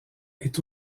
est